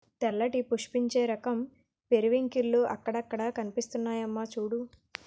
తెల్లటి పుష్పించే రకం పెరివింకిల్లు అక్కడక్కడా కనిపిస్తున్నాయమ్మా చూడూ